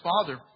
father